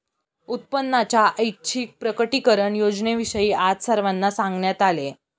उत्पन्नाच्या ऐच्छिक प्रकटीकरण योजनेविषयी आज सर्वांना सांगण्यात आले